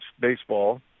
baseball